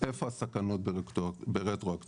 איפה הסכנות ברטרואקטיבית?